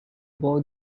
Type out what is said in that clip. boy